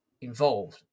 involved